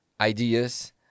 Ideas